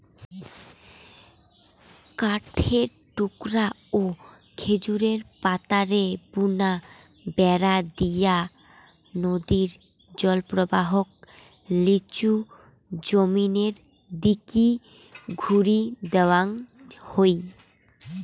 কাঠের টুকরা ও খেজুর পাতারে বুনা বেড়া দিয়া নদীর জলপ্রবাহক লিচু জমিনের দিকি ঘুরি দেওয়াং হই